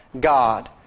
God